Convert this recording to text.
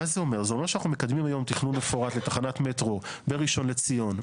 זה אומר שאנחנו מקדמים היום תכנון מפורט לתחנת מטרו בראשון לציון,